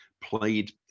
played